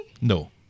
No